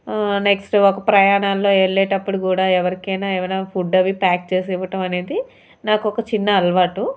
next ఒక ప్రయాణాల్లో వెళ్ళేటప్పుడు కూడా ఎవరికైనా ఏవైనా ఫుడ్ అది ప్యాక్ చేసి ఇవ్వడం అనేది నాకు ఒక చిన్న అలవాటు